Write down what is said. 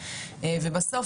ובסוף,